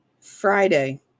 Friday